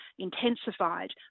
intensified